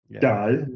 die